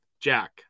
Jack